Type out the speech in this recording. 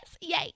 yay